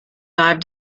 dive